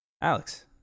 Alex